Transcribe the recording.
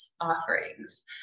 offerings